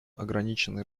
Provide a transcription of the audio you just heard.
ограничены